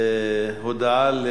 הודעה,